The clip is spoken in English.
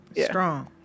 strong